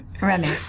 Remy